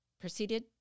proceeded